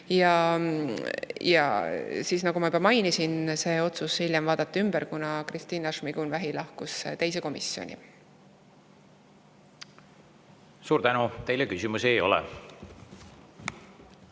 Aga nagu ma juba mainisin, see otsus hiljem vaadati ümber, kuna Kristina Šmigun-Vähi lahkus teise komisjoni. Suur tänu! Teile küsimusi ei ole.